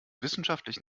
wissenschaftlich